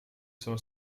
sono